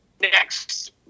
next